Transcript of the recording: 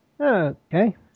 Okay